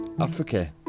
Africa